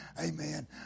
amen